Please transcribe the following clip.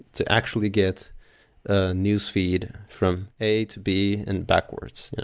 to actually get ah newsfeed from a to b and backwards.